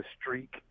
streak